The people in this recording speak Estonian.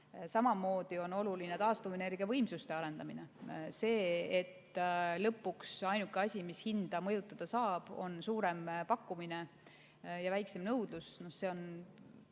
Samamoodi on oluline taastuvenergiavõimsuste arendamine. Fakt on see, et lõpuks ainuke asi, mis hinda mõjutada saab, on suurem pakkumine ja väiksem nõudlus. Seetõttu